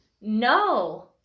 No